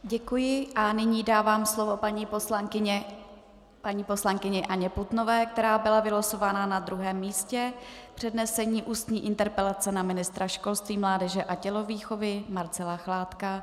Děkuji a nyní dávám slovo paní poslankyni Anně Putnové, která byla vylosována na druhém místě, k přednesení ústní interpelace na ministra školství, mládeže a tělovýchovy Marcela Chládka.